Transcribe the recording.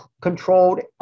controlled